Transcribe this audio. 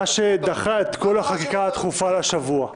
-- מה שדחה את כל החקיקה הדחופה לשבוע הזה.